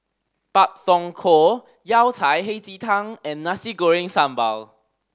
Pak Thong Ko Yao Cai Hei Ji Tang and Nasi Goreng Sambal